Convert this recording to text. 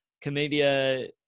Comedia